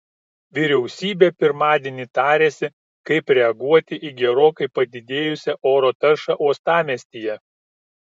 vyriausybė pirmadienį tarėsi kaip reaguoti į gerokai padidėjusią oro taršą uostamiestyje